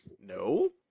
No